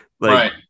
Right